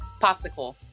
popsicle